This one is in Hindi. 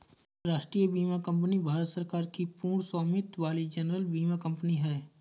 राष्ट्रीय बीमा कंपनी भारत सरकार की पूर्ण स्वामित्व वाली जनरल बीमा कंपनी है